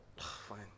Fine